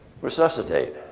resuscitate